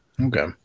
Okay